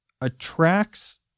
attracts